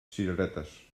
cireretes